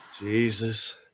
Jesus